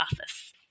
office